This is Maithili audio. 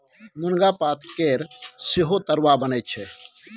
मुनगा पातकेर सेहो तरुआ बनैत छै